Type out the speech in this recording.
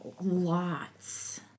Lots